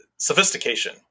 Sophistication